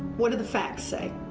what do the facts say?